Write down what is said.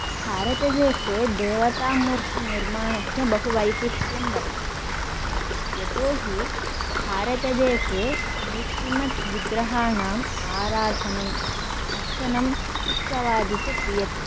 भारतदेशे देवतामूर्तिनिर्माणस्य बहुवैशिष्ट्यं वर्तते यतोऽहि भारतदेशे मूर्तिमत् विग्रहाणाम् आराधनम् अर्चनम् उत्सवादि च क्रियते